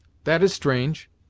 that is strange!